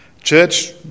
Church